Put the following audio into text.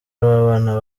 w’abana